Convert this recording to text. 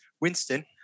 Winston